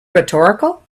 rhetorical